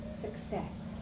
success